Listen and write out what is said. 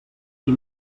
qui